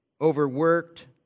overworked